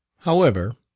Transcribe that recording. however,